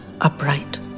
upright